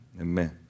Amen